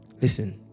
Listen